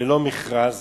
ללא מכרז